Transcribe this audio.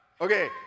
Okay